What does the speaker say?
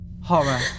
horror